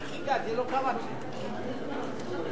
על צירוף